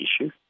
issue